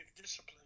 discipline